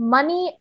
Money